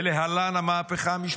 ולהלן המהפכה המשפטית,